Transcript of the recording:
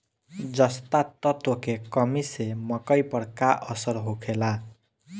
जस्ता तत्व के कमी से मकई पर का असर होखेला?